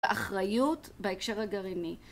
אחריות בהקשר הגרעיני